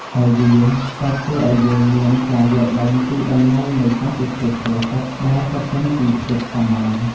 ហើយវាក៏ធ្វើឲ្យយើងមានការយល់ដឹងពីតម្លៃនៃសន្តិភាពផ្លូវចិត្តដែលកើតចេញពីភាពសាមញ្ញ។